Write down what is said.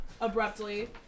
abruptly